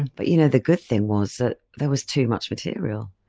but you know the good thing was that there was too much material.